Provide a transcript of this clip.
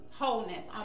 wholeness